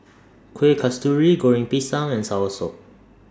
Kuih Kasturi Goreng Pisang and Soursop